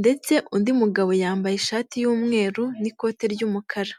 ndetse undi mugabo yambaye ishati y'umweru n'ikote ry'umukara.